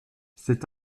c’est